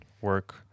work